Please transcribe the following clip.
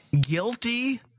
Guilty